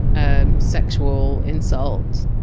ah sexual, insult.